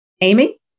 Amy